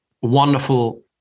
wonderful